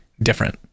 different